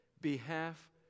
behalf